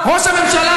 ראש הממשלה,